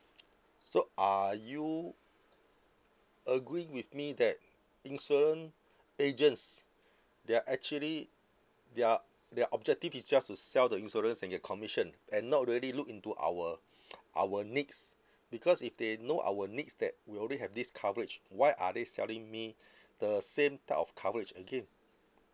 so are you agree with me that insurance agents they are actually their their objective is just to sell the insurance and get commission and not really look into our our needs because if they know our needs that we already have this coverage why are they selling me the same type of coverage again